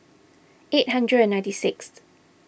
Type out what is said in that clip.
eight hundred and fifty sixth